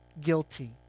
guilty